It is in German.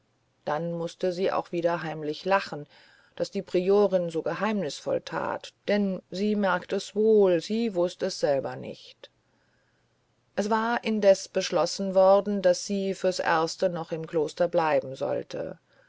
dann mußte sie auch wieder heimlich lachen daß die priorin so geheimnisvoll tat denn sie merkt es wohl sie wußt es selber nicht es war indes beschlossen worden daß sie fürs erste noch im kloster bleiben sollte